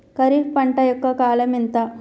ఖరీఫ్ పంట యొక్క కాలం ఎంత?